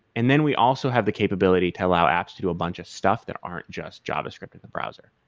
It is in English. and then we also have the capability to allow apps to a bunch of stuff that aren't just javascript and browser,